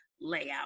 layout